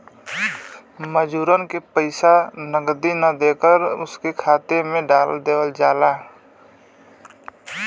मजूरन के पइसा नगदी ना देके उनके खाता में डाल देवल जाला